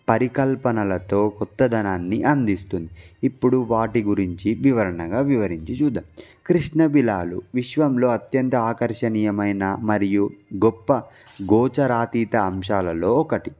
పరికల్పనలతో కొత్తదనాన్ని అందిస్తుంది ఇప్పుడు వాటి గురించి వివరణగా వివరించి చూద్దకృష్ణబిలాలు విశ్వంలో అత్యంత ఆకర్షణీయమైన మరియు గొప్ప గోచరాతీత అంశాలలో ఒకటి